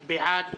בעד.